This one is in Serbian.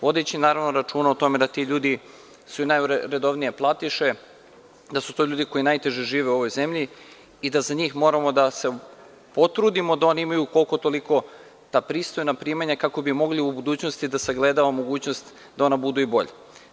Vodeći naravno računa o tome da ti ljudi su i najredovnije platiše, da su to ljudi koji najteže žive u ovoj zemlji i da za njih moramo da se potrudimo da oni imaju koliko, toliko ta pristojna primanja kako bi mogli u budućnosti da sagledavamo mogućnost da ona budu i bolja.